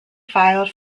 filed